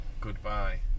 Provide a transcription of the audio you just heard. Goodbye